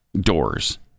doors